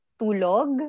tulog